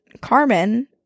carmen